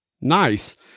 Nice